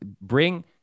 bring